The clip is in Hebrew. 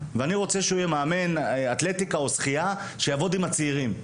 ואני רוצה שהוא יהיה מאמן אתלטיקה או שחייה שיעבוד עם הצעירים.